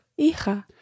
Hija